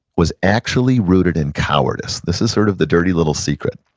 was actually routed in cowardice. this is sort of the dirty little secret.